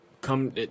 come